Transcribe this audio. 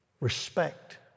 Respect